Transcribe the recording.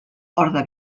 orde